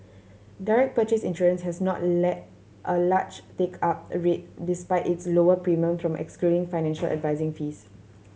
direct purchase insurance has not lead a large take up rate despite its lower premium from excluding financial advising fees